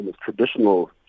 traditional